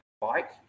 bike